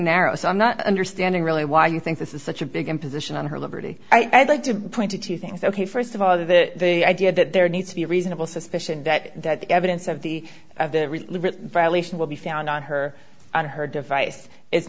narrow so i'm not understanding really why you think this is such a big imposition on her liberty i'd like to point to two things ok st of all the idea that there needs to be a reasonable suspicion that that the evidence of the violation will be found on her on her device it's